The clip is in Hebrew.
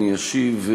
אני אשיב,